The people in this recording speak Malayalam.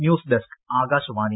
news desk Akashvani